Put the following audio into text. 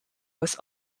was